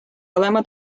olema